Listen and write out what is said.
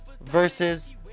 versus